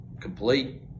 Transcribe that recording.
complete